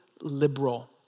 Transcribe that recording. liberal